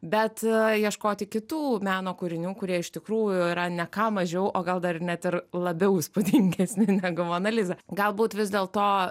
bet ieškoti kitų meno kūrinių kurie iš tikrųjų yra ne ką mažiau o gal dar net ir labiau įspūdingesni negu mona liza galbūt vis dėlto